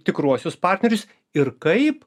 tikruosius partnerius ir kaip